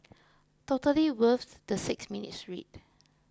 totally worth the six minutes read